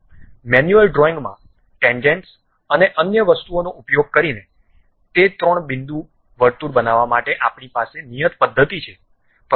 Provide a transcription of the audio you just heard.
manual ડ્રોઇંગમાં tangents અને અન્ય વસ્તુઓનો ઉપયોગ કરીને તે ત્રણ બિંદુ વર્તુળ બનાવવા માટે આપણી પાસે નિયત પદ્ધતિ છે